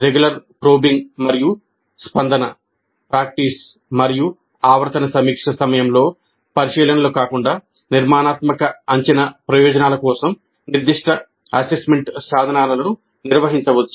regular probing మరియు స్పందన practice మరియు ఆవర్తన సమీక్ష సమయంలో పరిశీలనలు కాకుండా నిర్మాణాత్మక అంచనా ప్రయోజనాల కోసం నిర్దిష్ట అసెస్మెంట్ సాధనాలను నిర్వహించవచ్చు